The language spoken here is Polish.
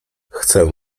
chcę